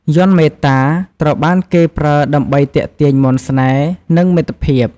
យ័ន្តមេត្តា ត្រូវបានគេប្រើដើម្បីទាក់ទាញមន្តស្នេហ៍ និងមិត្តភាព។